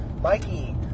Mikey